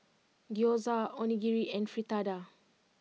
Gyoza Onigiri and Fritada